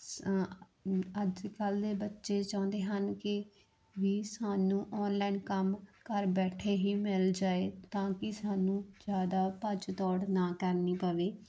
ਅੱਜ ਕੱਲ੍ਹ ਦੇ ਬੱਚੇ ਚਾਹੁੰਦੇ ਹਨ ਕਿ ਵੀ ਸਾਨੂੰ ਆਨਲਾਈਨ ਕੰਮ ਘਰ ਬੈਠੇ ਹੀ ਮਿਲ ਜਾਏ ਤਾਂ ਕਿ ਸਾਨੂੰ ਜ਼ਿਆਦਾ ਭੱਜ ਦੌੜ ਨਾ ਕਰਨੀ ਪਵੇ